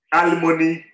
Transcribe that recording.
alimony